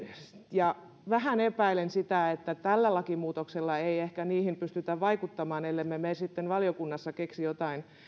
ja vähän epäilen että tällä lakimuutoksella ei ehkä niihin pystytä vaikuttamaan ellemme me sitten valiokunnassa keksi joitain